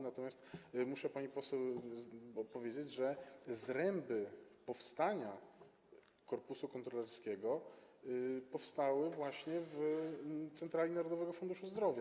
Natomiast muszę pani poseł odpowiedzieć, że zręby powstania korpusu kontrolerskiego powstały właśnie w Centrali Narodowego Funduszu Zdrowia.